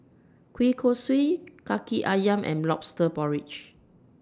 Kueh Kosui Kaki Ayam and Lobster Porridge